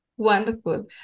wonderful